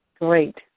Great